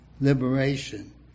liberation